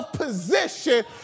Position